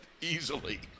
easily